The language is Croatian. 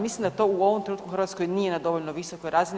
Mislim da to u ovom trenutku u Hrvatskoj nije na dovoljno visokoj razini.